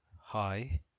hi